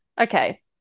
okay